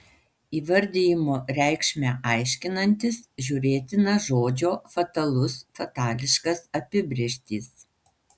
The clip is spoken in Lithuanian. įvardijimo reikšmę aiškinantis žiūrėtina žodžio fatalus fatališkas apibrėžtys